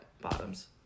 bottoms